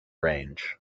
range